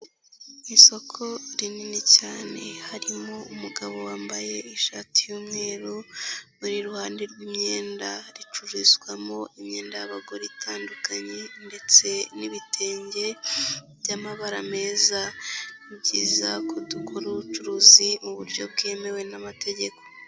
Isoko rinini cyane harimo umugabo wambaye ishati y'umweru uri iruhande rw'imyenda, ricururizwamo imyenda y'abagore itandukanye ndetse n'ibitenge by'amabara meza, ni byiza ko dukora ubucuruzi mu buryo bwemewe n'amategeko.